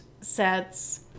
sets